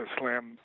slam